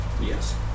Yes